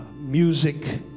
music